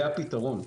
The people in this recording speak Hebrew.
זה הפתרון.